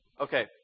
Okay